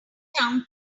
town